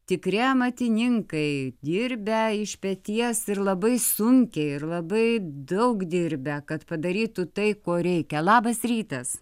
tikri amatininkai dirbę iš peties ir labai sunkiai ir labai daug dirbę kad padarytų tai ko reikia labas rytas